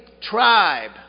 tribe